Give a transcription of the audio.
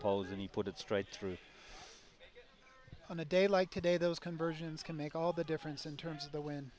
poles and he put it straight through on a day like today there was conversions can make all the difference in terms of the w